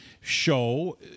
show